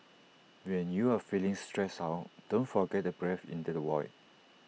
when you are feeling stressed out don't forget to breathe into the void